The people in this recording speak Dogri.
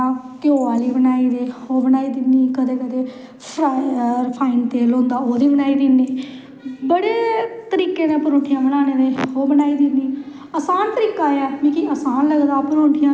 टिक्का टिक्के दे बी ध्यारा गी इयै होंदा ऐ भैंना जंदियां भ्राएं दे कोल टिक्का लोआन टिक्का लोआंदियां ओह्द र फ्ही सूट लेई लई औंदियां